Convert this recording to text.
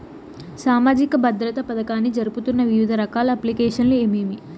సామాజిక భద్రత పథకాన్ని జరుపుతున్న వివిధ రకాల అప్లికేషన్లు ఏమేమి?